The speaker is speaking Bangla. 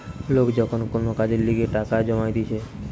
লোক যখন কোন কাজের লিগে টাকা জমাইতিছে